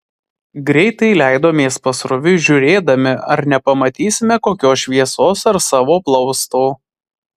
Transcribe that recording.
greitai leidomės pasroviui žiūrėdami ar nepamatysime kokios šviesos ar savo plausto